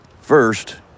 First